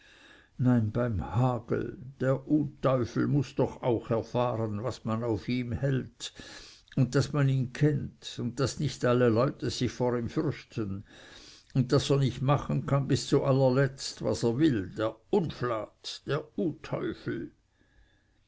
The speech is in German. nein beim hagel der utüfel muß doch auch er fahren was man auf ihm hält und daß man ihn kennt und daß nicht alle leute sich vor ihm fürchten und daß er nicht machen kann bis zu allerletzt was er will der unflat der